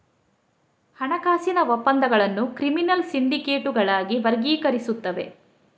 ಹಣಕಾಸಿನ ಒಪ್ಪಂದಗಳನ್ನು ಕ್ರಿಮಿನಲ್ ಸಿಂಡಿಕೇಟುಗಳಾಗಿ ವರ್ಗೀಕರಿಸುತ್ತವೆ